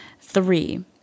Three